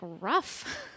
rough